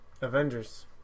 Avengers